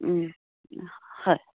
হয়